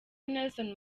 nelson